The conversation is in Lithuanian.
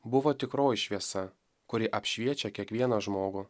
buvo tikroji šviesa kuri apšviečia kiekvieną žmogų